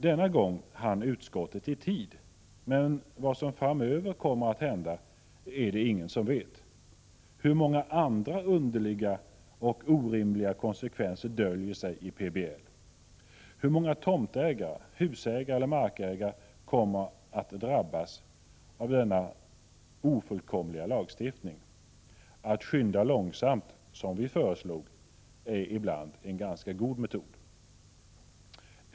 Denna gång hann utskottet i tid, men vad som kommer att hända framöver är det ingen som vet. Hur många andra underliga och orimliga konsekvenser döljer sig i PBL? Hur många tomtägare, husägare eller markägare kommer att drabbas av denna ofullkomliga lagstiftning? Att skynda långsamt som vi föreslog är ibland en ganska god metod.